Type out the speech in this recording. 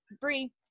Bree